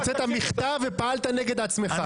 הוצאת מכתב ופעלת נגד עצמך.